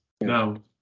Now